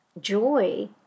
joy